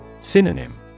Synonym